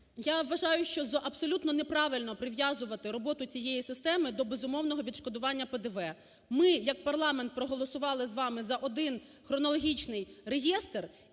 я вважаю, що абсолютно неправильно прив'язувати роботу цієї системи до безумовного відшкодування ПДВ. Ми як парламент проголосували з вами за один хронологічний реєстр,